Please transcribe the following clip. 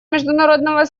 международного